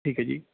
ਠੀਕ ਹੈ ਜੀ